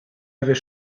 avait